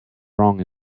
wrong